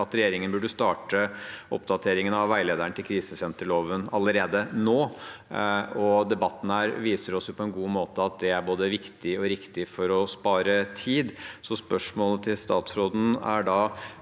at regjeringen burde starte oppdateringen av veilederen til krisesenterloven allerede nå. Debatten viser også på en god måte at det er både viktig og riktig for å spare tid. Spørsmålet til statsråden er da: